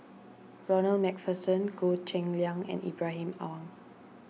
Ronald MacPherson Goh Cheng Liang and Ibrahim Awang